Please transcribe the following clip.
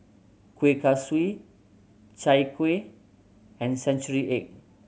Kueh Kaswi Chai Kueh and century egg